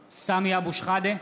(קורא בשמות חברי הכנסת) סמי אבו שחאדה,